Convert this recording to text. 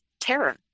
terror